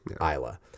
Isla